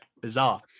bizarre